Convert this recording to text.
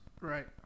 Right